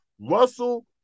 Russell